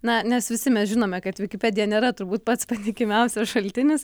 na nes visi mes žinome kad vikipedija nėra turbūt pats patikimiausias šaltinis